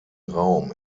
raum